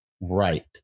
right